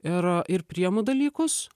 ir ir priimu dalykus